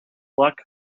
luck